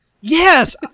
Yes